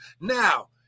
Now